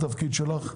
כפי שאמרתי,